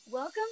Welcome